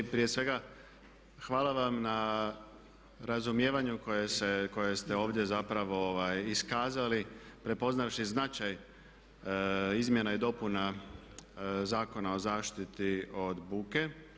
Prije svega hvala vam na razumijevanju koje ste ovdje zapravo iskazali prepoznavši značaj izmjena i dopuna Zakona o zaštiti od buke.